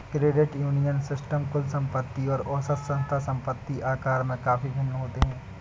credit union system कुल संपत्ति और औसत संस्था संपत्ति आकार में काफ़ी भिन्न होते हैं